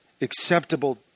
Acceptable